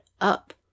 up